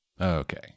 Okay